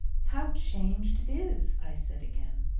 how changed it is! i said again.